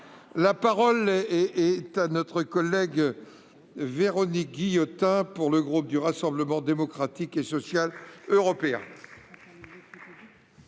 La parole est à Mme Véronique Guillotin, pour le groupe du Rassemblement Démocratique et Social Européen.